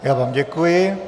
Já vám děkuji.